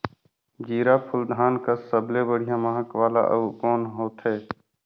जीराफुल धान कस सबले बढ़िया महक वाला अउ कोन होथै?